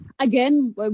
again